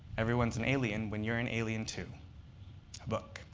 everyone's and a aliebn when ur and a aliebn, too a book.